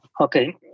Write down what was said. Okay